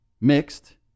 mixed